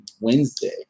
Wednesday